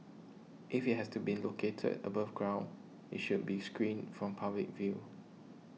if it has to been located above ground it should be screened from public view